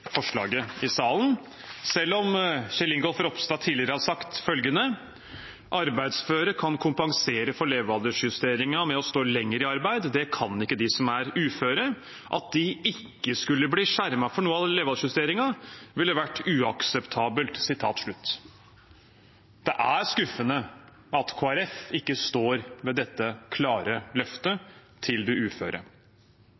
forslaget i salen, selv om Kjell Ingolf Ropstad tidligere har sagt følgende: «Arbeidsføre kan kompensere for levealdersjusteringen med å stå lenger i arbeid. Det kan ikke de som er uføre. At de ikke skulle bli skjermet for noe av levealdersjusteringen, ville vært uakseptabelt.» Det er skuffende at Kristelig Folkeparti ikke står ved dette klare løftet